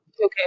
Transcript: Okay